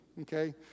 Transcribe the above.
okay